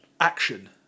action